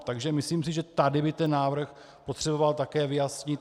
Takže myslím, že tady by ten návrh potřeboval také vyjasnit.